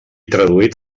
traduït